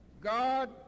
God